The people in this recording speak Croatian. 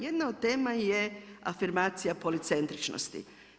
Jedna od tema je afirmacija policentričnosti.